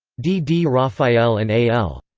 d. d. raphael and a l.